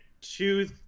two